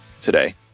today